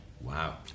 Wow